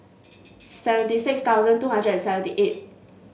seventy six thousand two hundred and seventy eight